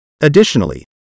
Additionally